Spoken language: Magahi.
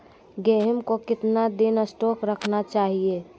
गेंहू को कितना दिन स्टोक रखना चाइए?